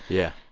yeah.